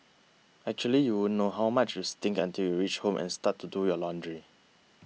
actually you won't know how much you stink until you reach home and start to do your laundry